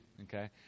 Okay